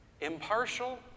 impartial